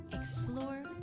Explore